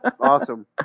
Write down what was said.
Awesome